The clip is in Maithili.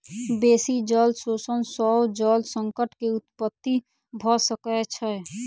बेसी जल शोषण सॅ जल संकट के उत्पत्ति भ सकै छै